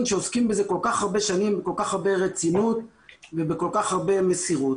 שעוסקים בזה כל כך הרבה שנים בכל כך הרבה רצינות ובכל כך הרבה מסירות.